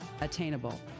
attainable